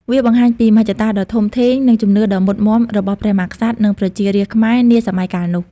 វាបង្ហាញពីមហិច្ឆតាដ៏ធំធេង និងជំនឿដ៏មុតមាំរបស់ព្រះមហាក្សត្រ និងប្រជារាស្ត្រខ្មែរនាសម័យកាលនោះ។